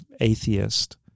atheist